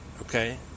okay